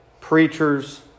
preachers